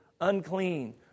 unclean